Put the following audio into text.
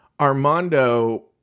Armando